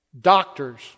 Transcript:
doctors